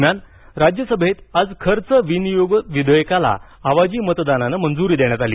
दरम्यान राज्यसभेत आज खर्च विनियोग विधेयकाला आवाजी मतदानानं मंजुरी देण्यात आली